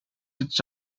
its